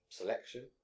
selection